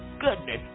goodness